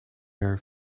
air